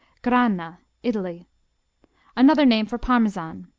grana italy another name for parmesan.